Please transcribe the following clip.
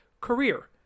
career